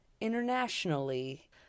internationally